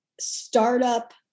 startup